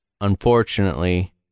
unfortunately